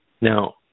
Now